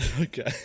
Okay